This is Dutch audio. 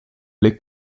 blik